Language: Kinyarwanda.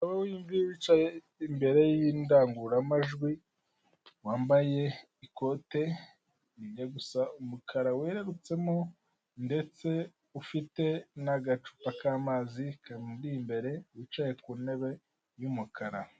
Umugabo w'imvi wicaye imbere y'indangururamajwi wambaye ikote rijya gusa umukara wererutsemo ndetse ufite n'agacupa k'amazi kamuri imbere yicaye ku ntebe y'umukara.